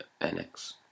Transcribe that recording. NX